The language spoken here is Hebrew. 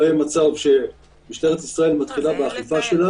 שלא יהיה מצב שמשטרת ישראל מתחילה באכיפה שלה